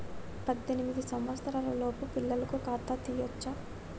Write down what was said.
పద్దెనిమిది సంవత్సరాలలోపు పిల్లలకు ఖాతా తీయచ్చా?